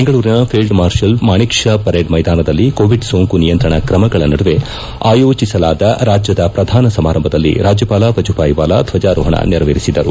ಬೆಂಗಳೂರಿನ field marshal Manekshaw parade ಮೈದಾನದಲ್ಲಿ Covid ಸೋಂಕು ನಿಯಂತ್ರಣ ಕ್ರಮಗಳ ನಡುವೆ ಆಯೋಜಿಸಲಾದ ರಾಜ್ಯದ ಪ್ರಧಾನ ಸಮಾರಂಭದಲ್ಲಿ ರಾಜ್ಯಪಾಲ ವಜೂಭಾಯಿ ವಾಲಾ ಧ್ವಜಾರೋಹಣ ನೆರವೇರಿಸಿದರು